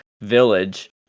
village